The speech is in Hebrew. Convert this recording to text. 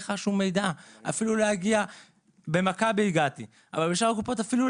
מי מדבר אתו?